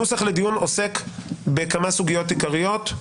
הנוסח לדיון עוסק בכמה סוגיות עיקריות.